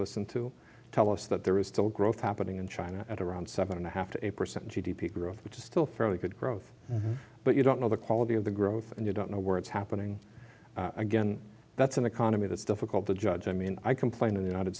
listen to tell us that there is still growth happening in china at around seven and a half to a percent g d p growth which is still fairly good growth but you don't know the quality of the growth and you don't know where it's happening again that's an economy that's difficult to judge i mean i complain in the united